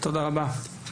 תודה רבה.